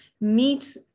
meet